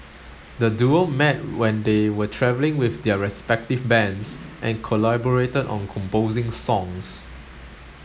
the duo met when they were travelling with their respective bands and collaborated on composing songs